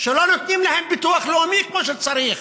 כשלא נותנים להם ביטוח לאומי כמו שצריך,